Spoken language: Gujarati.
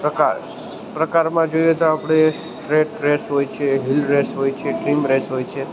પ્રકાશ પ્રકારમાં જોઈએ તો આપણે ટ્રેક રેસ હોય છે હિલ રેસ હોય છે ટીમ રેસ હોય છે